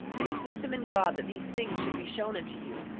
it is wisdom in god that these things should be shown unto you,